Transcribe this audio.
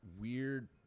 weird